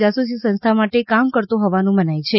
જાસૂસી સંસ્થા માટે કામ કરતો હોવાનું મનાય છે